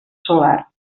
solar